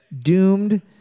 doomed